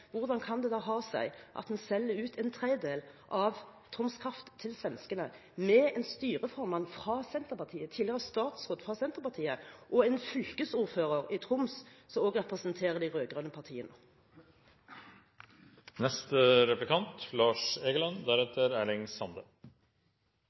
hvordan kan det da ha seg at man selger ut en tredjedel av Troms Kraft til svenskene – med en styreformann, og tidligere statsråd, fra Senterpartiet og en fylkesordfører i Troms som også representerer de rød-grønne partiene?